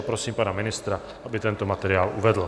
Prosím pana ministra, aby tento materiál uvedl.